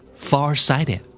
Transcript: Farsighted